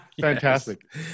Fantastic